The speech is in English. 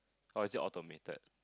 oh is it automated